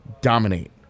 dominate